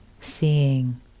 seeing